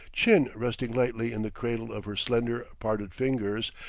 chin resting lightly in the cradle of her slender, parted fingers,